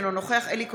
אינו נוכח אלי כהן,